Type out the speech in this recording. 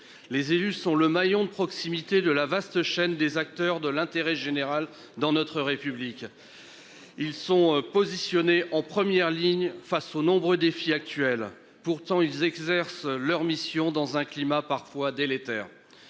les élus sont le maillon de proximité de la vaste chaîne des acteurs de l'intérêt général dans notre République. Ils sont positionnés en première ligne face aux nombreux défis actuels pourtant ils exercent leur mission dans un climat parfois délétères.